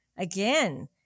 again